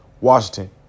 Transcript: Washington